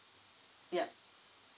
yup